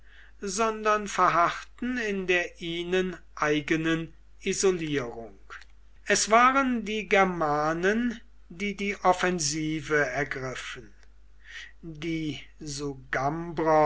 sondern verharrten in der ihnen eigenen isolierung es waren die germanen die die offensive ergriffen die